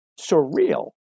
surreal